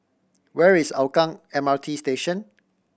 where is Hougang M R T Station